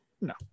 no